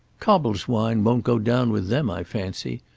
cobbold's wine won't go down with them i fancy.